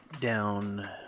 down